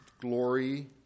glory